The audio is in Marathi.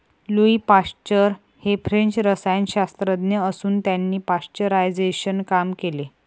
लुई पाश्चर हे फ्रेंच रसायनशास्त्रज्ञ असून त्यांनी पाश्चरायझेशनवर काम केले